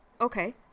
Okay